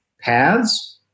paths